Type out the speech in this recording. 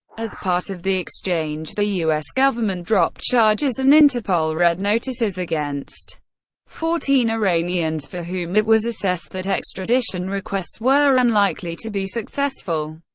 as part of the exchange, the u s. government dropped charges and interpol red notices against fourteen iranians for whom it was assessed that extradition requests were unlikely to be successful.